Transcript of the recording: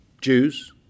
Jews